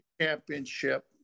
championship